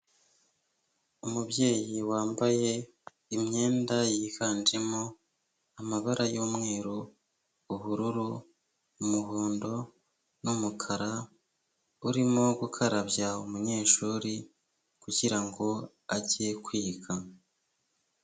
Umubyeyi wambaye imyenda yiganjemo amabara yumweru ubururu umuhondo n numukara urimo gukarabya umunyeshuri kugirango ajye kwiga.